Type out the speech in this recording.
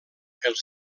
els